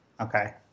Okay